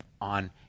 on